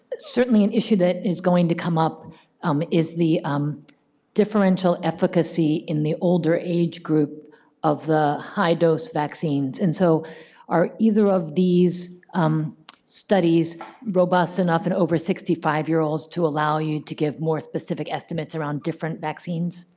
certainly an issue that is going to come up um is the differential efficacy in the older age group of the high dose vaccines. and so are either of these um studies robust enough in over sixty five year olds to allow you to give more specific estimates around different vaccines?